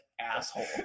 asshole